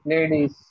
Ladies